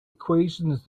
equations